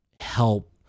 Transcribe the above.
help